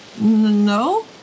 No